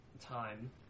time